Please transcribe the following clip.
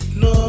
no